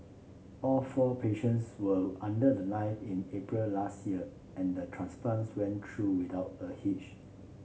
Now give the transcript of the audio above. all four patients will under the knife in April last year and transplants went through without a hitch